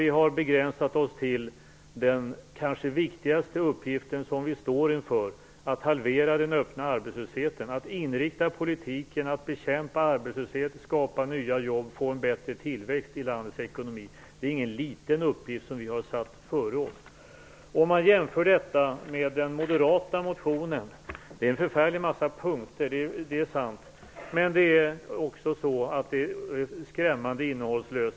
Vi har begränsat oss till den kanske viktigaste uppgift vi står inför - att halvera den öppna arbetslösheten och att inrikta politiken på att bekämpa arbetslöshet, skapa nya jobb och få en bättre tillväxt i landets ekonomi. Det är ingen liten uppgift som vi har satt oss före. Man kan jämföra detta med den moderata motionen som visserligen innehåller en förfärlig massa punkter, men ändå är skrämmande innehållslös.